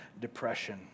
depression